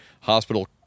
hospital